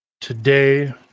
Today